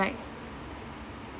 like